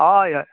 हय हय